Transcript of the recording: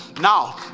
now